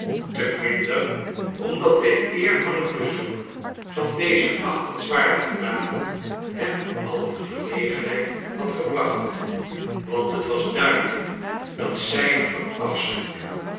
te minder omdat de eer van het bezoek van deze achtenswaardige dame hem al in verlegenheid had gebracht want het was duidelijk dat zij hem verafschuwde